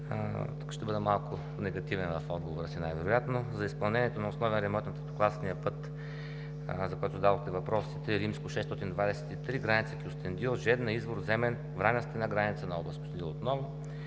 Тук ще бъда малко негативен в отговора си най-вероятно. За изпълнението на основен ремонт на третокласният път, за който зададохте въпрос, III-623 Граница – Кюстендил – Жедна – Извор – Земен – Враня стена – Граница на област